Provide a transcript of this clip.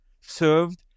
served